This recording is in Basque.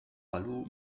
balu